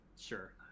Sure